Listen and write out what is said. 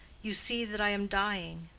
you see that i am dying.